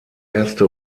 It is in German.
erste